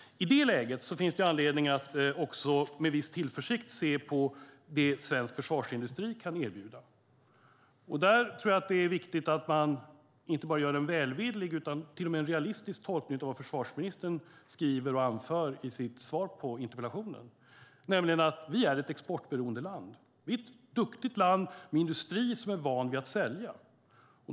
I detta läge finns det anledning att med viss tillförsikt se på det som svensk försvarsindustri kan erbjuda. Där tror jag att det är viktigt att man gör en inte bara välvillig utan till och med realistisk tolkning av vad försvarsministern skriver och anför i sitt svar på interpellationen, nämligen att vi är ett exportberoende land. Vi är ett duktigt land med industrier som är vana vid att sälja.